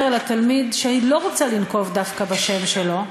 התלמיד, שאני לא רוצה לנקוב דווקא בשם שלו,